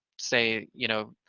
say, you know,